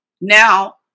Now